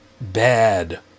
bad